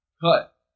cut